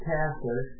Catholic